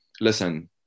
listen